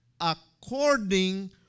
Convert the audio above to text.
according